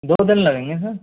दो दिन लगेंगे सर